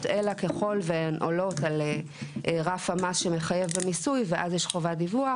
אלא ככל והן עולות על רף המס שמחייב במיסוי ואז יש חובת דיווח.